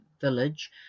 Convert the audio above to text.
village